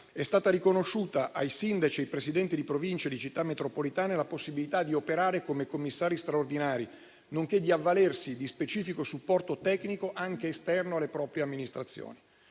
è stata riconosciuta ai sindaci e ai Presidenti di Province e di Città metropolitane la possibilità di operare come commissari straordinari, nonché di avvalersi di specifico supporto tecnico, anche esterno alle proprie amministrazioni.